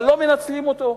אבל לא מנצלים אותו.